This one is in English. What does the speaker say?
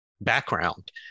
background